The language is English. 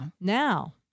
Now